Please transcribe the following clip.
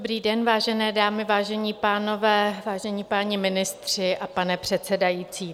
Dobrý den, vážené dámy, vážení pánové, vážení páni ministři a pane předsedající.